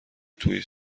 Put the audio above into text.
توی